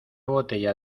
botella